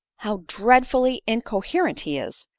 how dreadfully incoherent he is!